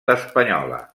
espanyola